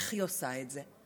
איך היא עושה את זה?